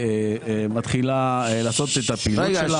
מתחילה לעשות את הפעילות שלה.